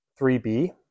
3B